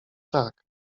tak